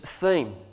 theme